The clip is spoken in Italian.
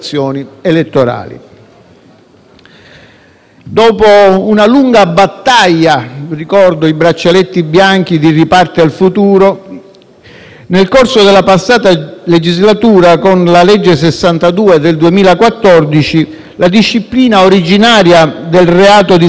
Dopo una lunga battaglia - ricordo i braccialetti bianchi di Riparte il futuro - nel corso della passata legislatura, con la legge n. 62 del 2014, la disciplina originaria del reato di scambio elettorale politico-mafioso,